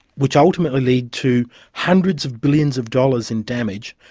which ultimately lead to hundreds of billions of dollars in damage.